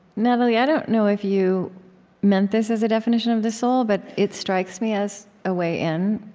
natalie, i don't know if you meant this as a definition of the soul, but it strikes me as a way in